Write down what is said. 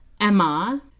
Emma